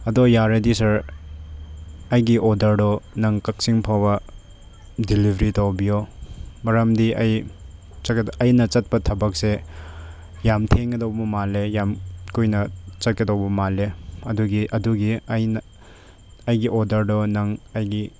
ꯑꯗꯣ ꯌꯥꯔꯗꯤ ꯁꯥꯔ ꯑꯩꯒꯤ ꯑꯣꯔꯗꯔꯗꯣ ꯅꯪ ꯀꯛꯆꯤꯡ ꯐꯥꯎꯕ ꯗꯤꯂꯤꯕꯔꯤ ꯇꯧꯕꯤꯌꯣ ꯃꯔꯝꯗꯤ ꯑꯩ ꯑꯩꯅ ꯆꯠꯄ ꯊꯕꯛꯁꯦ ꯌꯥꯝ ꯊꯦꯡꯒꯗꯧꯕ ꯃꯥꯜꯂꯦ ꯌꯥꯝ ꯀꯨꯏꯅ ꯆꯠꯀꯗꯧꯕ ꯃꯥꯜꯂꯦ ꯑꯗꯨꯒꯤ ꯑꯗꯨꯒꯤ ꯑꯩꯅ ꯑꯩꯒꯤ ꯑꯣꯔꯗꯔꯗꯣ ꯅꯪ ꯑꯩꯒꯤ